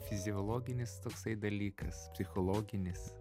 fiziologinis toksai dalykas psichologinis